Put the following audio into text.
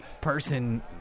person